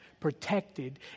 protected